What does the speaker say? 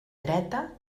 dreta